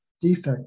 defect